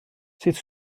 sut